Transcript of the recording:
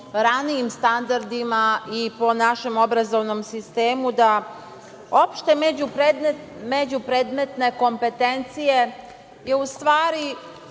po ranijim standardima i po našem obrazovnom sistemu opšte međupredmetne kompetencije treba da